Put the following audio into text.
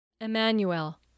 Emmanuel